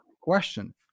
question